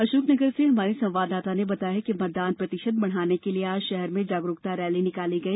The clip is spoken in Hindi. अशोकनगर से हमारे संवाददाता ने बताया है कि मतदान प्रतिशत बढ़ाने के लिये आज शहर में जागरूकता रैली निकाली गई